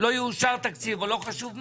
לא יאושר תקציב או לא חשוב מה,